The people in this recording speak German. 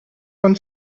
von